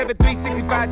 365